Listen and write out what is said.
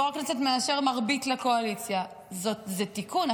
יו"ר הכנסת מאשר מרבית לקואליציה, זה תיקון.